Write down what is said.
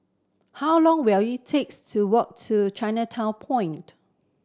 how long will it takes to walk to Chinatown Point